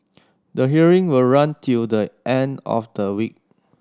the hearing will run till the end of the week